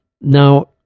Now